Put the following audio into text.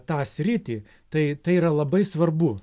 tą sritį tai tai yra labai svarbu